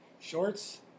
Shorts